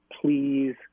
please